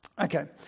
okay